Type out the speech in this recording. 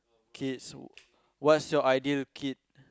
kids what's your ideal kid